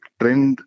trend